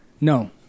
No